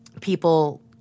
people